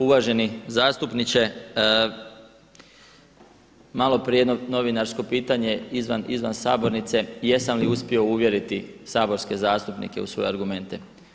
Uvaženi zastupniče, malo prije jedno novinarsko pitanje izvan sabornice jesam li uspio uvjeriti saborske zastupnike u svoje argumente.